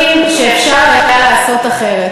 אני מסכימה שיש דברים שאפשר היה לעשות אחרת.